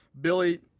Billy